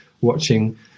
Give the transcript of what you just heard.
watching